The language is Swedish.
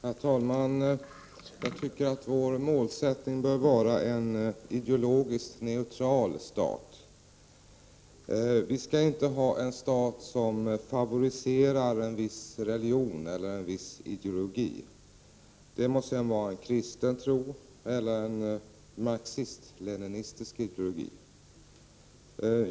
Herr talman! Jag tycker att vår målsättning bör vara en ideologiskt neutral stat. Vi skall inte ha en stat som favoriserar en viss religion eller en viss ideologi — det må sedan vara en kristen tro eller en marxist-leninistisk ideologi.